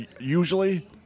usually